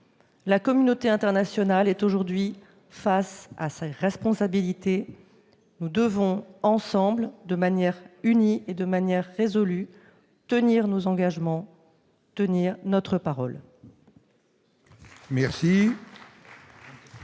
La communauté internationale est aujourd'hui face à ses responsabilités. Nous devons ensemble, de manière unie et résolue, tenir nos engagements, tenir notre parole !